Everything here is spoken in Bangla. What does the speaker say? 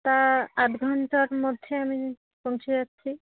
তা আধ ঘন্টার মধ্যে আমি পৌঁছে যাচ্ছি